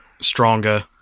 stronger